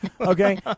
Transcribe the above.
Okay